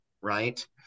right